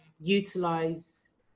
utilize